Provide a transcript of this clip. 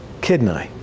Kidney